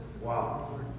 Wow